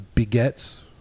Begets